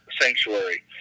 sanctuary